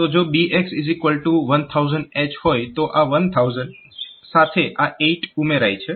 તો જો BX1000H હોય તો આ 1000 સાથે આ 8 ઉમેરાય છે